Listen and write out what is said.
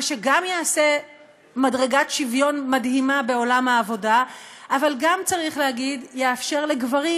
מה שגם יעשה מדרגת שוויון מדהימה בעולם העבודה אבל גם יאפשר לגברים